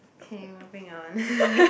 okay moving on